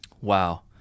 Wow